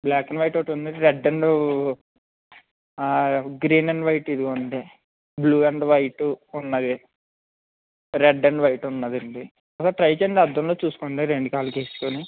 black and white ఒకటి ఉంది red and green and white ఇదిగోనండీ బ్లూ అండ్ వైట్ ఉన్నాది రెడ్ అండ్ వైట్ ఉన్నాదండి అలా ట్రై చెయ్యండి అద్దంలో చూసుకోండి రెండు కాళ్ళకి వేసుకుని